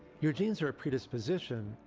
your genes are a predisposition,